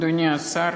אדוני השר,